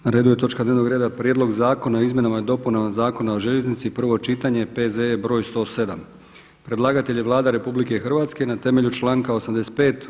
Na redu je točka dnevnog reda: - Prijedlog zakona o izmjenama i dopunama Zakona o željeznicama, prvo čitanje, P.Z.E broj 107 Predlagatelj je Vlada RH na temelju članka 85.